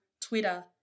Twitter